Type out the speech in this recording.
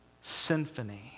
symphony